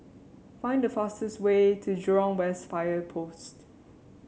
find the fastest way to Jurong West Fire Post